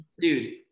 dude